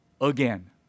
again